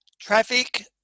Traffic